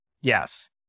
Yes